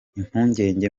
impungenge